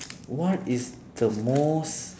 what is the most